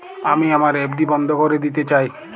আমি আমার এফ.ডি বন্ধ করে দিতে চাই